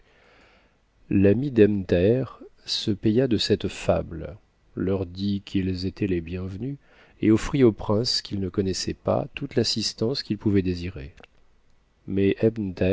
thaher se paya de cette fable leur dit qu'ils étaient les hicuvenus et otmt au prince qu'il ne connaissait pas toute l'assistance qu'il pouvait désirer mais